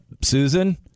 Susan